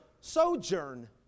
Sojourn